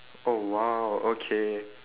oh !wow! okay